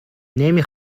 نمی